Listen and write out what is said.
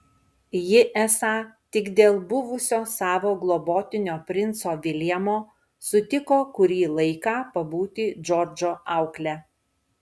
ji esą tik dėl buvusio savo globotinio princo viljamo sutiko kurį laiką pabūti džordžo aukle